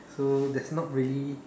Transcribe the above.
so that's not really